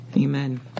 amen